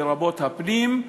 לרבות הפנים,